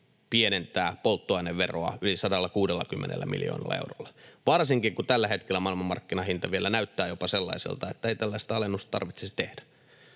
pienentää polttoaineveroa yli 160 miljoonalla eurolla, varsinkin kun tällä hetkellä maailmanmarkkinahinta vielä näyttää jopa sellaiselta, ettei tällaista alennusta tarvitsisi tehdä?